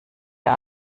der